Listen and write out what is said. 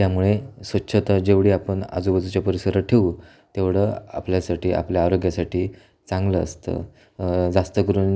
त्यामुळे स्वच्छता जेवढी आपण आजूबाजूच्या परिसरात ठेऊ तेवढं आपल्यासाठी आपल्या आरोग्यासाठी चांगलं असतं जास्तकरून